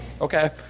Okay